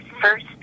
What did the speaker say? first